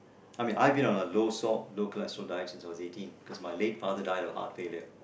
I mean I've been on a low salt low cholesterol diet since I was eighteen because my late father died of heart failure